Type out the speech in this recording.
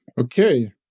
Okay